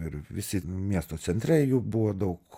ir visi miesto centre jų buvo daug